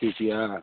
ठीक यऽ